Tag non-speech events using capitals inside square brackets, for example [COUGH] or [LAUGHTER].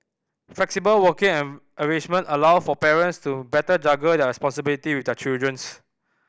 flexible working [UNINTELLIGIBLE] arrangement allowed for parents to better juggle their responsibility with their children [UNINTELLIGIBLE]